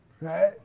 Right